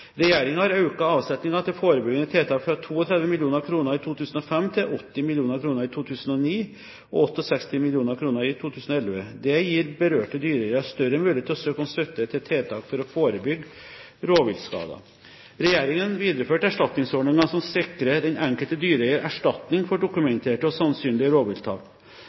har økt avsetningen til forebyggende tiltak fra 32 mill. kr i 2005 til 80 mill. kr i 2009 og til 68 mill. kr i 2011. Det gir berørte dyreeiere større mulighet til å søke om støtte til tiltak for å forebygge rovviltskader. Regjeringen videreførte erstatningsordningen som sikrer den enkelte dyreeier erstatning for dokumenterte og sannsynlige